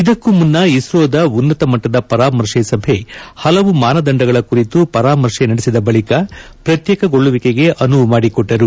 ಇದಕ್ಕೂ ಮುನ್ನ ಇಸ್ತೋದ ಉನ್ನತಮಟ್ಟದ ಪರಮಾರ್ಶೆ ಸಭೆ ಹಲವು ಮಾನದಂಡಗಳ ಕುರಿತು ಪರಮಾರ್ಶ ನಡೆಸಿದ ಬಳಕ ಪ್ರತ್ಯೇಕಗೊಳ್ಳುವಿಕೆಗೆ ಅನುವು ಮಾಡಿಕೊಟ್ಟರು